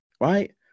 right